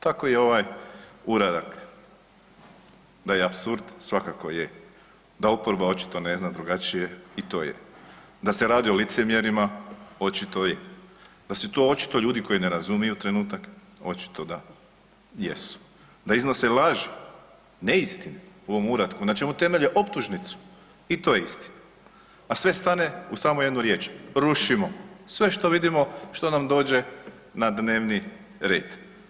Tako i ovaj uradak da je apsurd svakako je, da oporba očito ne zna drugačije i to je, da se radi o licemjerima očito je, da su to očito ljudi koji ne razumiju trenutak očito da jesu, da iznose laži, neistine u ovom uratku na čemu temelje optužnicu i to je istina, a sve stane u samo jednu riječ „rušimo“ sve što vidimo, što nam dođe na dnevni red.